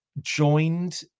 joined